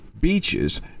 beaches